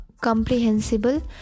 comprehensible